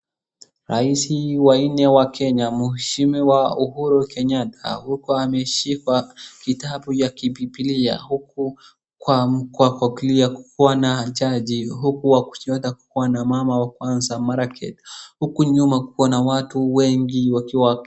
Rais wanne wa Kenya mheshimiwa Uhuru Kenyataa huku ameshika kitabu ya kibibilia huku kwa kulia kukiwa na jaji huku kwa kushoto kukiwa na mama wa kwanza Magaret huku nyuma kukiwa na watu wengi wakiwa.